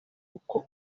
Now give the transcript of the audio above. uko